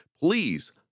please